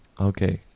Okay